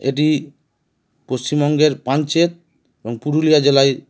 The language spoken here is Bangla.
এটি পশ্চিমবঙ্গের পাঞ্চেত এবং পুরুলিয়া জেলায়